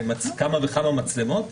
לרבות כמה וכמה מצלמות,